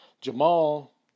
Jamal